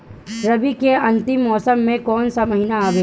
रवी के अंतिम मौसम में कौन महीना आवेला?